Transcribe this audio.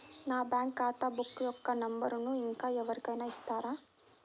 నా బ్యాంక్ ఖాతా బుక్ యొక్క నంబరును ఇంకా ఎవరి కైనా ఇస్తారా?